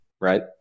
Right